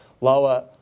lower